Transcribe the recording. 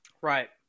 Right